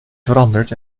veranderd